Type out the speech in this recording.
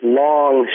long